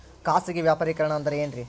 ಖಾಸಗಿ ವ್ಯಾಪಾರಿಕರಣ ಅಂದರೆ ಏನ್ರಿ?